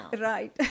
right